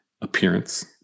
appearance